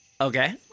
Okay